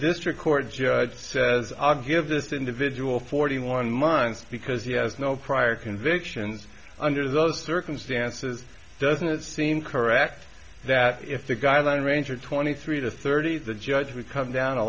district court judge says obgyn of this individual forty one months because he has no prior convictions under those circumstances doesn't it seem correct that if the guideline range are twenty three to thirty the judge would come down a